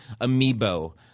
Amiibo